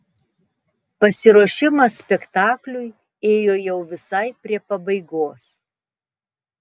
pasiruošimas spektakliui ėjo jau visai prie pabaigos